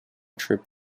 trip